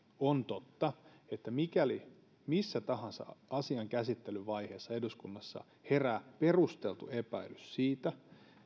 on totta että mikäli missä tahansa asian käsittelyvaiheessa eduskunnassa herää perusteltu epäilys siitä